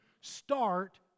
start